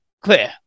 Clear